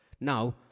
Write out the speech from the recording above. Now